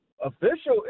official